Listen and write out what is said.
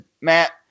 Matt